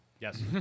Yes